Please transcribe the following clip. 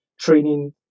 training